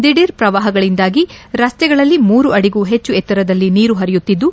ದಿಢೀರ್ ಪ್ರವಾಹಗಳಂದಾಗಿ ರಸ್ತೆಗಳಲ್ಲಿ ಮೂರು ಅಡಿಗೂ ಹೆಚ್ಚು ಎತ್ತರದಲ್ಲಿ ನೀರು ಪರಿಯುತ್ತಿದ್ದು